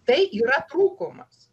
tai yra trūkumas